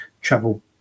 travel